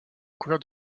couverte